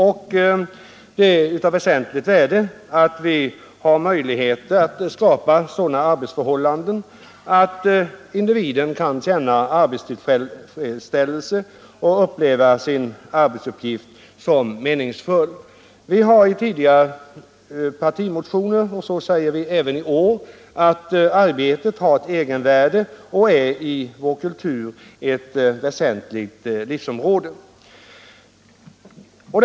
Det är av väsentligt värde att vi har möjligheter att skapa sådana arbetsförhållanden att individen kan känna arbetstillfredsställelse och uppleva sin arbetsuppgift som meningsfull. Vi har i tidigare partimotioner sagt — och så säger vi även i år — att arbetet har ett egenvärde och är ett väsentligt livsområde i vår kultur.